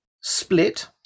Split